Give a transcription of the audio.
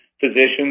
physicians